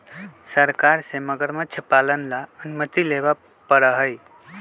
सरकार से मगरमच्छ पालन ला अनुमति लेवे पडड़ा हई